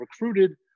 recruited